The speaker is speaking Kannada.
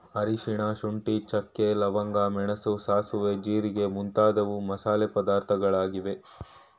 ಅರಿಶಿನ, ಶುಂಠಿ, ಚಕ್ಕೆ, ಲವಂಗ, ಮೆಣಸು, ಸಾಸುವೆ, ಜೀರಿಗೆ ಮುಂತಾದವು ಮಸಾಲೆ ಪದಾರ್ಥಗಳಾಗಿವೆ